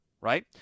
right